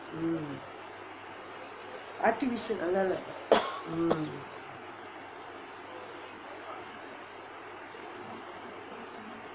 mm